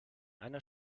einer